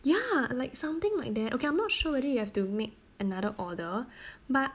ya like something like that okay I'm not sure whether you have to make another order but